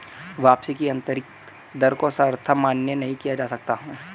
वापसी की आन्तरिक दर को सर्वथा मान्य नहीं किया जा सकता है